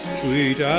sweet